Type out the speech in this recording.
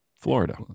Florida